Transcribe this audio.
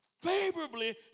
favorably